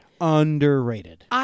Underrated